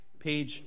page